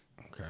Okay